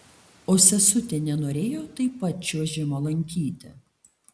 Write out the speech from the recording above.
o sesutė nenorėjo taip pat čiuožimo lankyti